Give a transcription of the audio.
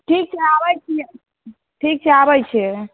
ठीक छै आबै छियै ठीक छै आबै छियै